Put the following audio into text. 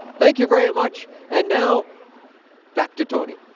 thank you very much and now back to tony.